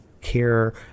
care